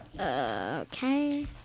Okay